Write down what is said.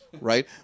right